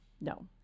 No